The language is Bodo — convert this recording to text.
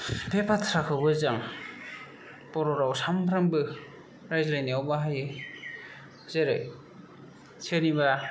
बे बाथ्राखौबो जों बर' रावआव सानफ्रोमबो रायज्लायनायाव बाहायो जेरै सोरनिबा